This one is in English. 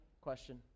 question